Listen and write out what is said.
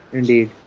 indeed